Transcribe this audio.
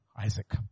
Isaac